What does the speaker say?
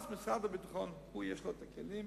אז משרד הביטחון, הוא יש לו את הכלים,